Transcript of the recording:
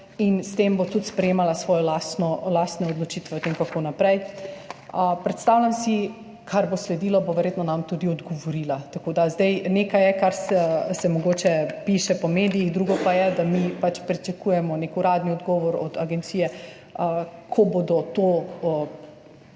in zato bo tudi sprejemala svoje lastne odločitve o tem, kako naprej. Predstavljam si, da kar bo sledilo, bo verjetno nam tudi odgovorila, tako da zdaj nekaj je, kar se mogoče piše po medijih, drugo pa je, da mi pač pričakujemo nek uradni odgovor od agencije, ko bodo to